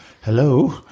Hello